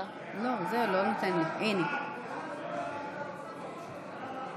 ההצעה להעביר את הצעת חוק העדה הדרוזית,